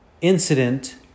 incident